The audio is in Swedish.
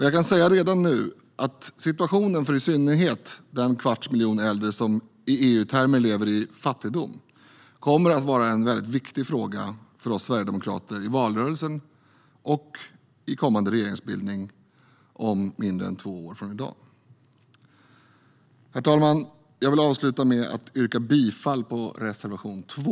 Jag kan redan nu säga att situationen för i synnerhet den kvarts miljon äldre som med EU-termer lever i fattigdom kommer att vara en väldigt viktig fråga för oss sverigedemokrater i valrörelsen och inför kommande regeringsbildning om mindre än två år från i dag. Herr talman! Jag vill avsluta med att yrka bifall till reservation 2.